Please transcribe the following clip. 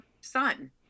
son